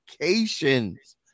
vacations